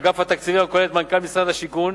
אגף התקציבים הכולל את מנכ"ל משרד השיכון,